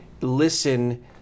listen